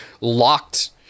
locked